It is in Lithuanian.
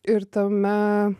ir tame